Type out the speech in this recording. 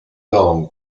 long